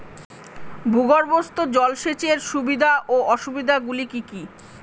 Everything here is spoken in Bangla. ভূগর্ভস্থ জল সেচের সুবিধা ও অসুবিধা গুলি কি কি?